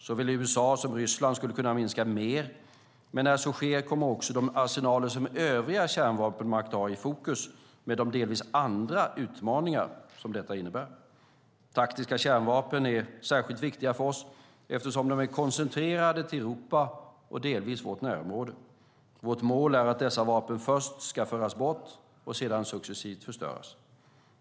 Såväl USA som Ryssland skulle kunna minska mer, men när så sker kommer också de arsenaler som övriga kärnvapenmakter har i fokus med de delvis andra utmaningar detta innebär. Taktiska kärnvapen är särskilt viktiga för oss eftersom de är koncentrerade till Europa och delvis vårt närområde. Vårt mål är att dessa vapen först ska dras bort och sedan successivt förstöras.